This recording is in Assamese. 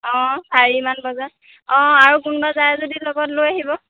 অঁ চাৰি মান বজাত অঁ আৰু কোনোবা যায় যদি লগত লৈ আহিব